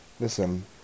listen